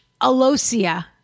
Alosia